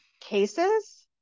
cases